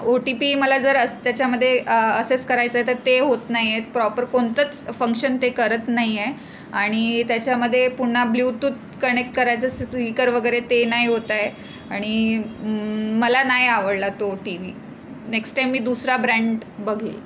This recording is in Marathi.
ओ टी पी मला जर असं त्याच्यामध्ये असेस करायचं आहे तर ते होत नाही आहेत प्रॉपर कोणतंच फंक्शन ते करत नाही आहे आणि त्याच्यामध्ये पुन्हा ब्ल्यूटूथ कनेक्ट करायचं स्पीकर वगैरे ते नाही होत आहे आणि मला नाही आवडला तो टी व्ही नेक्स्ट टाईम मी दुसरा ब्रँड बघेल